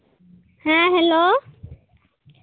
ᱦᱮᱸ ᱦᱮᱞᱳ